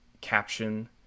caption